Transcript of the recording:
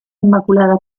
inmaculada